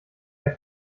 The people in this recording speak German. der